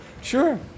Sure